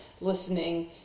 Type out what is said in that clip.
listening